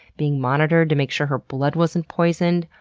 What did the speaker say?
being monitored to make sure her blood wasn't poisoned.